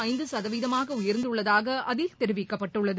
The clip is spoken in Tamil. ஐந்து சதவீதமாக உயா்ந்துள்ளதாக அதில் தெரிவிக்கப்பட்டுள்ளது